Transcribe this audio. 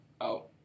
out